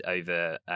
over